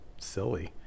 silly